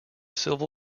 civil